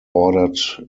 ordered